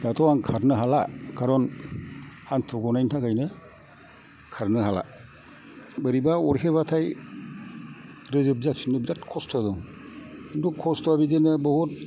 दाथ' आं खारनो हाला खारन हान्थु गनायनि थाखायनो खारनो हाला बोरैबा अरहेबाथाय रोजोब जाफिननो बिराद खस्थ' दं खिन्थु खस्थ'आ बिदिनो बहुद